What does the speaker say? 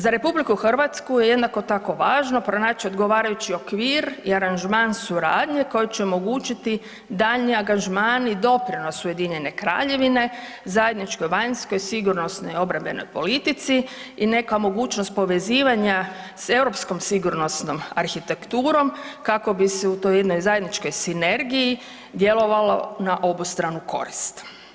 Za RH je jednako tako važno pronaći odgovarajući okvir i aranžman suradnje koji će omogućiti daljnji angažman i doprinos UK-a, zajedničkoj vanjskoj, sigurnosnoj obrambenoj politici i neka mogućnost povezivanja s europskom sigurnosnom arhitekturom kako bi se u toj jednoj zajedničkoj sinergiji djelovalo na obostranu korist.